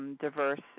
diverse